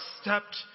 stepped